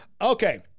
Okay